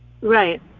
right